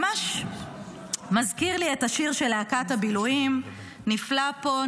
ממש מזכיר לי את השיר של להקת הבילויים: "נפלא פה,